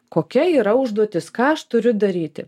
kokia yra užduotis ką aš turiu daryti